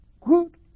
good